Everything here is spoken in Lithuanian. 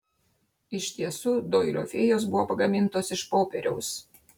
iš tiesų doilio fėjos buvo pagamintos iš popieriaus